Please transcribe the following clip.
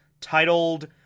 titled